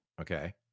Okay